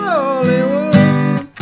Hollywood